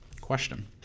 question